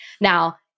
Now